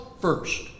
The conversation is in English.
first